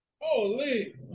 Holy